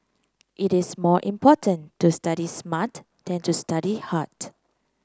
it is more important to study smart than to study hard